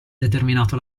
determinato